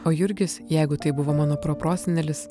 o jurgis jeigu tai buvo mano proprosenelis